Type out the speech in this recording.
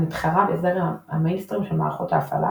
המתחרה בזרם המיינסטרים של מערכות ההפעלה